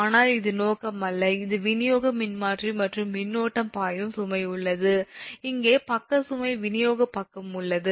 ஆனால் இது நோக்கம் அல்ல இது விநியோக மின்மாற்றி மற்றும் மின்னோட்டம் பாயும் சுமை உள்ளது இங்கே பக்க சுமை விநியோகப் பக்கம் உள்ளது